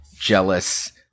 jealous